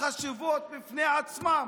החשובות בפני עצמן,